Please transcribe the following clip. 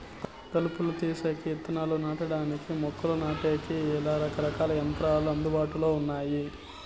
కలుపును తీసేకి, ఇత్తనాలు నాటడానికి, మొక్కలు నాటేకి, ఇలా రకరకాల యంత్రాలు అందుబాటులో ఉన్నాయి